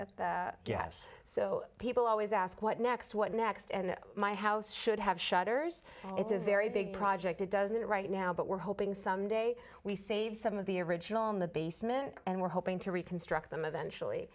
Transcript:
guess so people always ask what next what next and my house should have shutters it's a very big project it doesn't right now but we're hoping someday we save some of the original in the basement and we're hoping to reconstruct them eventually